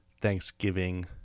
Thanksgiving